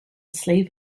sleeve